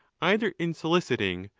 either in soliciting,